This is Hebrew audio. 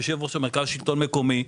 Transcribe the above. יושב-ראש מרכז השלטון המקומי,